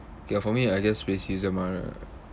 okay ah for me I guess racism err